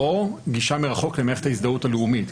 או גישה מרחוק למערכת ההזדהות הלאומית.